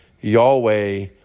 Yahweh